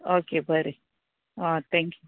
okay बोरें आं thank you